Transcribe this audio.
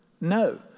No